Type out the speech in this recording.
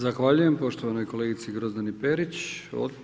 Zahvaljujem poštovanoj kolegici Grozdani Perić.